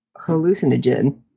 hallucinogen